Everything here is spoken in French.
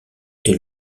est